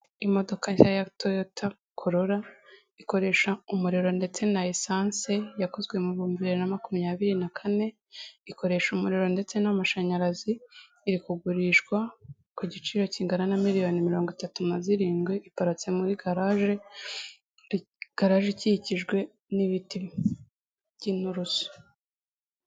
Imodoka nshya ya toyota corola ikoresha umuriro ndetse na esatse, yakozwe mu bihumbi bibiri na makumyabiri na kane. Ikoresha umuriro ndetse n'amashanyarazi, iri kugurishwa ku giciro kingana na miliyoni mirongo itatu na zirindwi. Iparitse muri garagje, garaje ikikijwe n'ibiti by'inturusu.